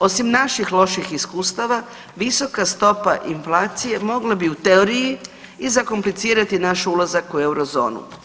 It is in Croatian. Osim naših loših iskustava, visoka stopa inflacije mogla bi u teoriji i zakomplicirati naš ulazak u Eurozonu.